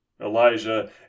Elijah